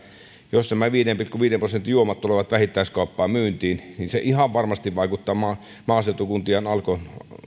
jos nämä viiden pilkku viiden prosentin juomat tulevat vähittäiskauppaan myyntiin niin se ihan varmasti vaikuttaa maaseutukuntien